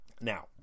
Now